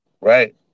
Right